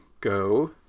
go